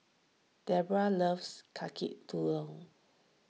Dedra loves Kaki